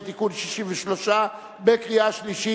(תיקון מס' 63) (תיקון) קריאה שלישית.